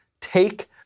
take